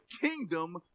kingdom